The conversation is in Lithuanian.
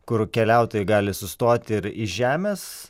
kur keliautojai gali sustoti ir iš žemės